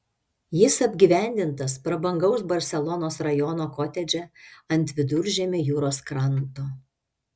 jis apgyvendintas prabangaus barselonos rajono kotedže ant viduržiemio jūros kranto